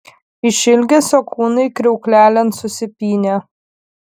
iš ilgesio kūnai kriauklelėn susipynė